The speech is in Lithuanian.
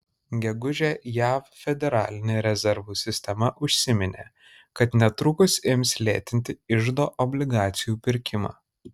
gegužę jav federalinė rezervų sistema užsiminė kad netrukus ims lėtinti iždo obligacijų pirkimą